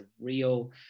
real